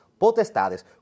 potestades